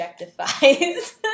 objectifies